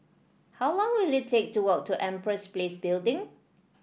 how long will it take to walk to Empress Place Building